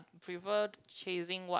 prefer chasing what